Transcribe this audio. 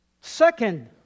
Second